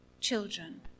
Children